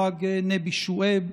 חג נבי שועייב,